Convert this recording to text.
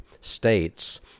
states